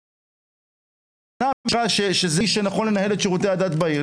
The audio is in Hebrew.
מתוך בחירה שזה האיש הנכון לנהל את שירותי הדת בעיר.